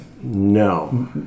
no